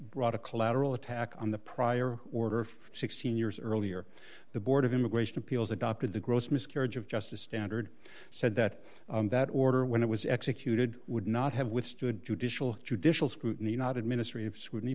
brought a collateral attack on the prior order of sixteen years earlier the board of immigration appeals adopted the gross miscarriage of justice standard said that that order when it was executed would not have withstood judicial judicial scrutiny not administrative scrutiny